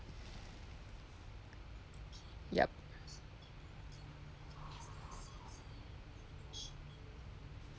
yup